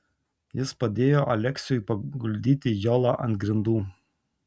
jis padėjo aleksiui paguldyti jolą ant grindų